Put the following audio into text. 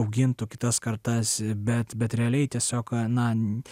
augintų kitas kartas bet bet realiai tiesiog na